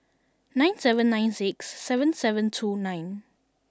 nine seven nine six seven seven two nine